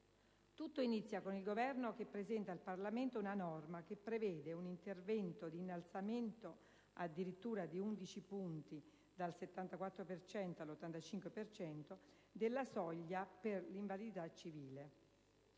Tutto inizia con il Governo che presenta al Parlamento una norma che prevede un intervento di innalzamento addirittura di 11 punti (dal 74 per cento all'85 per cento) della soglia per l'invalidità civile.